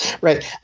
right